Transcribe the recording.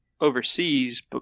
overseas